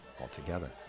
altogether